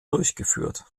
durchgeführt